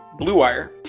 BLUEWIRE